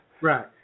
Right